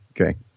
Okay